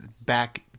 back